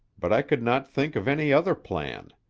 but i could not think of any other plan.